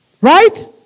right